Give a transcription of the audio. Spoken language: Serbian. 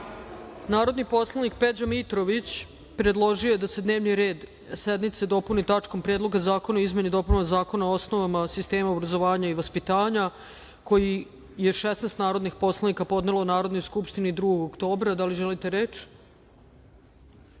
predlog. Narodni poslanik Peđa Mitrović predložio je da se dnevni red sednice dopuni tačkom Predlog zakona o izmeni i dopuni Zakona o osnovama sistema obrazovanja i vaspitanja, koji je 16 narodnih poslanika podnelo Narodnoj skupštini 2. oktobra 2024. godine. Da li želite reč?